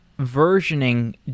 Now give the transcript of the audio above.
versioning